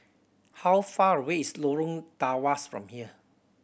how far away is Lorong Tawas from here